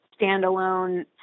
standalone